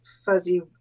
fuzzy